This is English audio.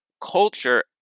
culture